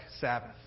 Sabbath